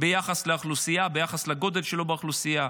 ביחס לאוכלוסייה, ביחס לגודל שלו באוכלוסייה,